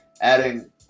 adding